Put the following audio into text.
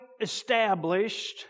established